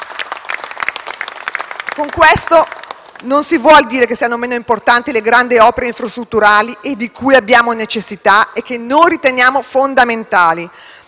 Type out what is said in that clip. Con questo non si vuol dire che siano meno importanti le grandi opere infrastrutturali di cui abbiamo necessità e che noi riteniamo fondamentali,